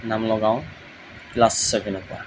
নাম লগাওঁ ক্লাছ চেভেনৰ পৰা